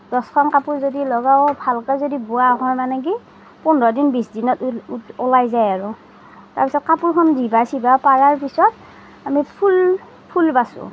দহখন কাপোৰ যদি লগাই ভালকৈ যদি বোৱা হয় মানে কি পোন্ধৰ দিন বিছ দিনত ওলাই যায় আৰু তাৰপিছত কাপোৰখন জিভা চিভা পাৰাৰ পাছত আমি ফুল ফুল বাচোঁ